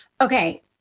Okay